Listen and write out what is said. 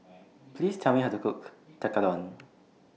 Please Tell Me How to Cook Tekkadon